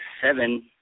seven